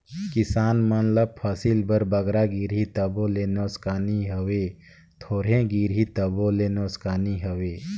किसान मन ल फसिल बर बगरा गिरही तबो ले नोसकानी हवे, थोरहें गिरही तबो ले नोसकानी हवे